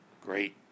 Great